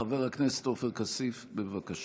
חבר הכנסת עופר כסיף, בבקשה.